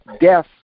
death